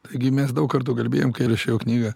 taigi mes daug kartų kalbėjom kai rašiau knygą